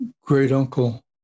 great-uncle